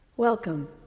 Welcome